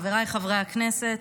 חבריי חברי הכנסת,